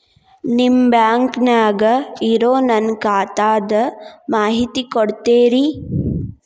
ನಿಮ್ಮ ಬ್ಯಾಂಕನ್ಯಾಗ ಇರೊ ನನ್ನ ಖಾತಾದ ಮಾಹಿತಿ ಕೊಡ್ತೇರಿ?